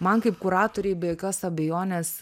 man kaip kuratorei be jokios abejonės